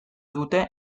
dute